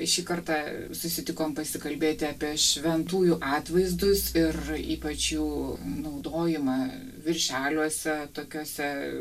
šį kartą susitikom pasikalbėti apie šventųjų atvaizdus ir ypač jų naudojimą viršeliuose tokiuose